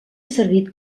servit